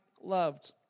loved